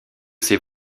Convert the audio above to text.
ses